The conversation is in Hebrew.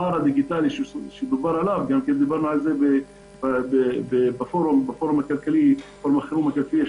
הפער הדיגיטלי שדובר עליו גם דיברנו עליו בפורום החירום הכלכלי,